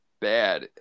bad